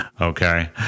Okay